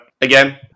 Again